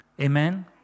Amen